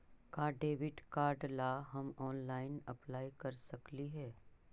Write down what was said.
का debit card ला हम ऑनलाइन अप्लाई कर सकली हे?